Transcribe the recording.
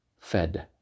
fed